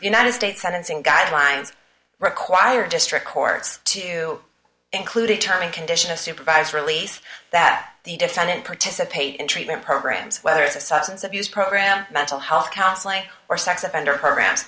united states sentencing guidelines require district courts to include a term and condition of supervised release that the defendant participate in treatment programs whether it's a substance abuse program mental health counseling or sex offender program